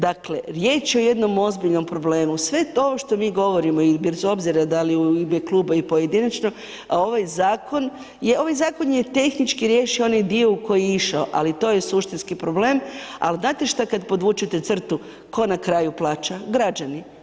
Dakle riječ je o jednom ozbiljnom problemu, sve ovo što mi govorimo i bez obzira da li u ime kluba i pojedinačno ovaj zakon, je ovaj zakon je tehničkih riješio onaj dio u koji je išao, ali to je suštinski problem, al znate šta kad podvučete crtu, tko na kraju plaća, građani.